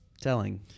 telling